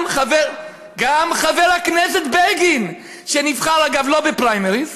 גם חבר הכנסת בגין, שנבחר, אגב, לא בפריימריז,